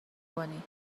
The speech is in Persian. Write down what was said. کنی